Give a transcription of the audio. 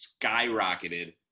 skyrocketed